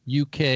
UK